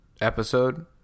episode